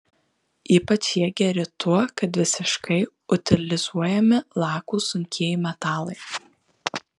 ypač jie geri tuo kad visiškai utilizuojami lakūs sunkieji metalai